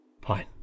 Fine